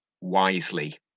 wisely